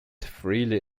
freely